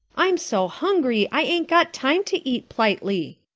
i'm so hungry i ain't got time to eat p'litely,